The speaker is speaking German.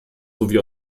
sowie